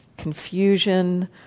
Confusion